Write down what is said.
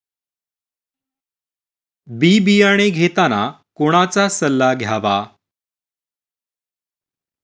बी बियाणे घेताना कोणाचा सल्ला घ्यावा?